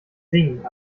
singen